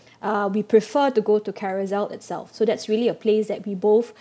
uh we prefer to go to carousel itself so that's really a place that we both